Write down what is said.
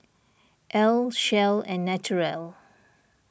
Elle Shell and Naturel